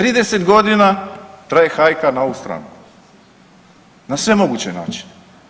30 godina traje hajka na ovu stranu, na sve moguće načine.